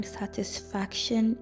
satisfaction